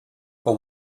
for